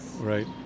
Right